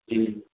جی